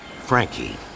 Frankie